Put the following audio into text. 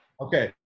Okay